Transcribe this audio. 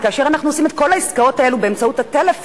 כי כאשר אנחנו עושים את כל העסקאות האלה באמצעות הטלפון,